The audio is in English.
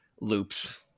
loops